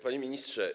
Panie Ministrze!